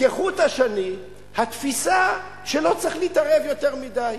כחוט השני התפיסה שלא צריך להתערב יותר מדי,